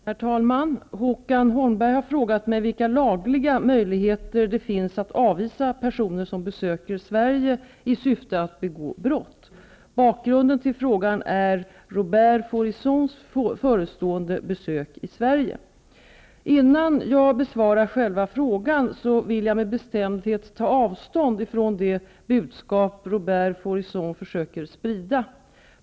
Herr talman! Håkan Holmberg har frågat mig vilka lagliga möjligheter det finns att avvisa personer som besöker Sverige i syfte att begå brott. Bakgrun den till frågan är Robert Faurissons förestående besök i Sverige. Innan jag besvarar själva frågan vill jag med bestämdhet ta avstånd ifrån det budskap Robert Faurisson försöker sprida.